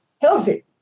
healthy